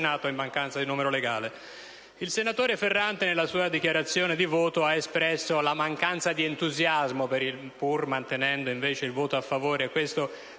Il senatore Ferrante nella sua dichiarazione di voto ha espresso la mancanza di entusiasmo, pur mantenendo invece il voto a favore su questo